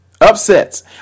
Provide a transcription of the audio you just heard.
Upsets